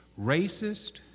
racist